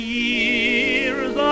years